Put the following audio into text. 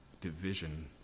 division